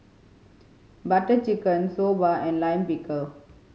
Butter Chicken Soba and Lime Pickle